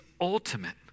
ultimate